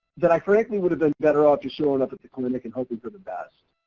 that i frankly would have been better off just showing up at the clinic and hoping for the best.